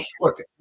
look